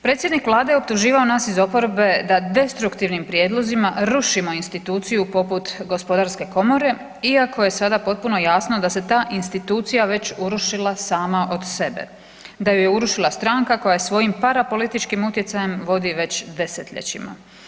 Predsjednik Vlade je optuživao nas iz oporbe da destruktivnim prijedlozima rušimo instituciju poput HGK, iako je sada potpuno jasno da se ta institucija već urušila sama od sebe, da ju je urušila stranka koja svojim parapolitičkim utjecajem vodi već desetljećima.